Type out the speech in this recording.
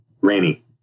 Rainy